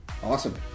Awesome